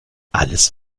alles